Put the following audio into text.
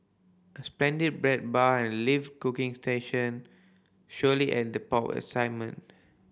a splendid bread bar and live cooking station surely add the pop of excitement